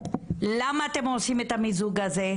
למה אתם עושים את המיזוג הזה?